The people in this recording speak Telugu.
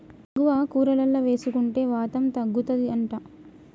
ఇంగువ కూరలల్ల వేసుకుంటే వాతం తగ్గుతది అంట